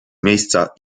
miejsca